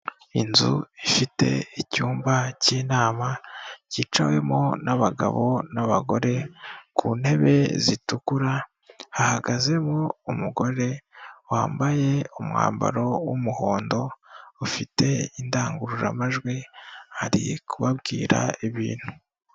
Inzu ifite icyumba k'inama kicawemo n'abagabo n'abagore ku ntebe zitukura, hahagazemo umugore wambaye umwambaro w'umuhondo ufite indangururamajwi, ari kubabwira ibintu.